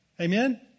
Amen